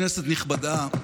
כנסת נכבדה,